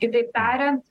kitaip tariant